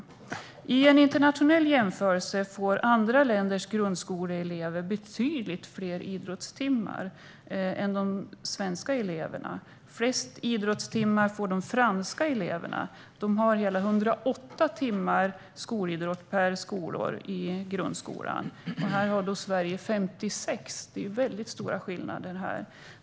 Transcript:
Enligt en internationell jämförelse får andra länders grundskoleelever betydligt fler idrottstimmar än de svenska eleverna. Flest idrottstimmar får de franska eleverna, som har hela 108 timmar skolidrott per skolår i grundskolan. Sverige har 56, så det är väldigt stora skillnader.